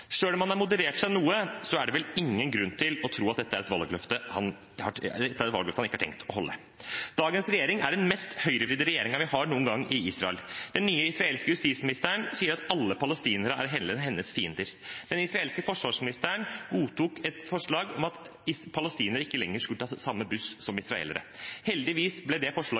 om han har moderert seg noe, er det vel ingen grunn til å tro at dette er et valgløfte han ikke har tenkt å holde. Dagens regjering er den mest høyrevridde regjeringen vi har hatt noen gang i Israel. Den nye israelske justisministeren sier at alle palestinere er hennes fiender. Den israelske forsvarsministeren godtok et forslag om at palestinere ikke lenger skulle ta samme buss som israelere. Heldigvis ble det forslaget